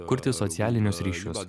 kurti socialinius ryšius